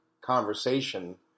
conversation